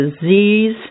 disease